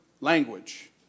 language